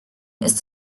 ist